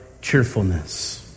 cheerfulness